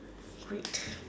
wait